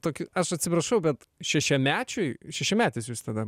tokį aš atsiprašau bet šešiamečiui šešiametis jūs tada